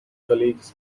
colleagues